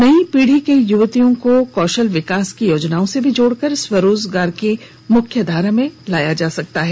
नई पीढ़ी के युवतियों को कौशल विकास के योजनाओं से भी जोड़कर स्वरोजगार के मुख्यधारा में लाया जा सकता है